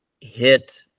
hit